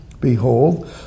Behold